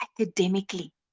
academically